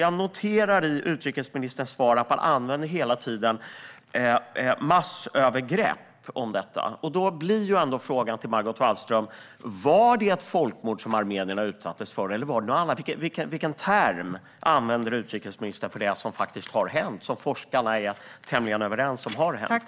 Jag noterar att utrikesministern hela tiden i sitt svar använder uttrycket massövergrepp om detta. Då blir frågan till Margot Wallström: Var det ett folkmord som armenierna utsattes för, eller var det något annat? Vilken term använder utrikesministern för det som faktiskt har hänt och som forskarna är tämligen överens om har hänt?